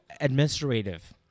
administrative